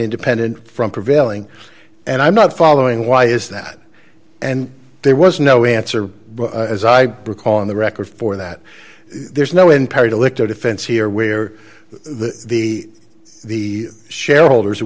independent from prevailing and i'm not following why is that and there was no answer as i recall in the record for that there's no imperative lichter defense here where the the the shareholders